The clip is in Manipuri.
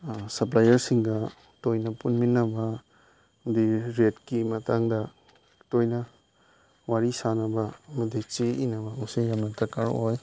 ꯁꯞꯄ꯭ꯂꯥꯏꯌꯔꯁꯤꯡꯒ ꯇꯣꯏꯅ ꯄꯨꯟꯃꯤꯟꯅꯕ ꯑꯗꯒꯤ ꯔꯦꯠꯀꯤ ꯃꯇꯥꯡꯗ ꯇꯣꯏꯅ ꯋꯥꯔꯤ ꯁꯥꯟꯅꯕ ꯑꯃꯗꯤ ꯆꯦ ꯏꯅꯕ ꯃꯁꯤ ꯌꯥꯝꯅ ꯗꯔꯀꯥꯔ ꯑꯣꯏ